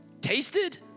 tasted